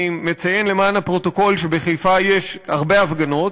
אני מציין למען הפרוטוקול שבחיפה יש הרבה הפגנות,